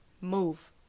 move